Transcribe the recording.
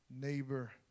neighbor